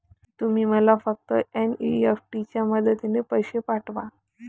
तुम्ही मला फक्त एन.ई.एफ.टी च्या मदतीने पैसे पाठवा